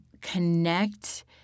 connect